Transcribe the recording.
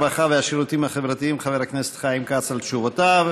הרווחה והשירותים החברתיים חבר הכנסת חיים כץ על תשובותיו.